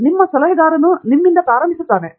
ನಿಮ್ಮ ಸಲಹೆಗಾರನು ನಿಮ್ಮನ್ನು ಪ್ರಾರಂಭಿಸುತ್ತಾನೆ